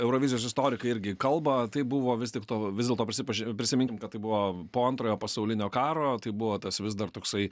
eurovizijos istorikai irgi kalba tai buvo vis tik to vis dėlto prisipaž prisiminkim kad tai buvo po antrojo pasaulinio karo tai buvo tas vis dar toksai